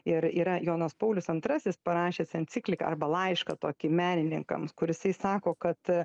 ir yra jonas paulius antrasis parašęs encikliką arba laišką tokį menininkams kur jisai sako kad